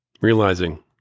realizing